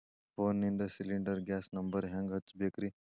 ಫೋನಿಂದ cylinder gas number ಹೆಂಗ್ ಹಚ್ಚ ಬೇಕ್ರಿ?